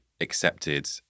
accepted